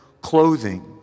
clothing